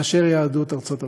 מאשר יהדות ארצות הברית.